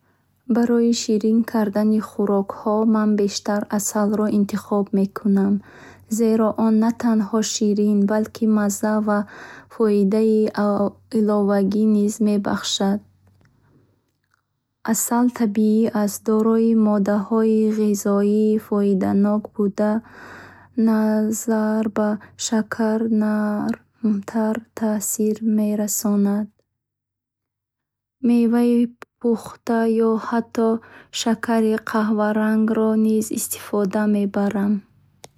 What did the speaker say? Барои ширин кардани хӯрок ман бештар асалро интихоб мекунам, зеро он на танҳо ширинӣ, балки мазза ва фоидаи иловагӣ низ мебахшад. Асал табиӣ аст, дорои моддаҳои ғизоии фоиданок буда, назар ба шакар нармтар таъсир мерасонад. меваи пухта ё ҳатто шакари қаҳварангро низ истифода мебарам.